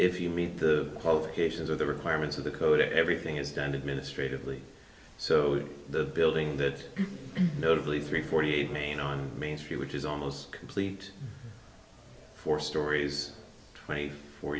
if you meet the qualifications or the requirements of the code everything is done administrative leave so the building that notably three forty eight main on main street which is almost complete four stories twenty four